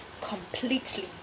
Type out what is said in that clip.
completely